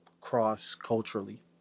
cross-culturally